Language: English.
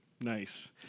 nice